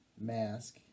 mask